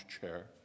chair